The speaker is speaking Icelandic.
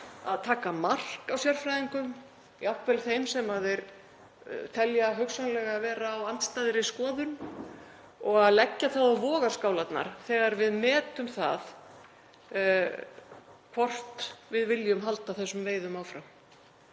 að taka mark á sérfræðingum, jafnvel þeim sem þeir telja hugsanlega vera á andstæðri skoðun, og að leggja það á vogarskálarnar þegar við metum hvort við viljum halda þessum veiðum áfram.